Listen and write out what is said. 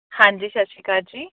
ਹਾਂਜੀ ਸਤਿ ਸ਼੍ਰੀ ਅਕਾਲ਼ ਜੀ